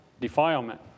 defilement